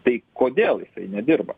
tai kodėl jisai nedirba